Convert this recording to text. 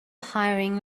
hiring